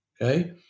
okay